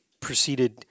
proceeded